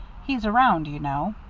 he's around, you know.